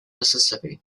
mississippi